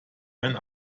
einen